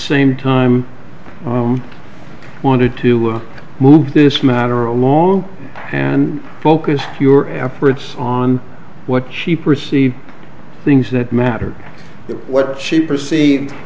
same time wanted to move this matter along and focus your efforts on what she perceives things that matter that what she perceive